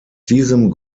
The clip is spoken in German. diesem